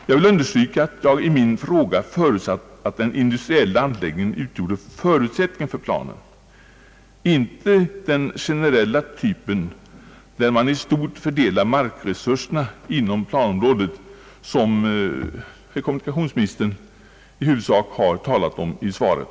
Jag vill understryka att jag i min fråga förutsatte, att den industriella anläggningen utgjorde förutsättningen för planen. Jag avsåg alltså inte den generella typen, där man i stort fördelar markresurserna inom planområdet, vilken typ kommunikationsministern huvudsakligen talar om i svaret.